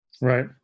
right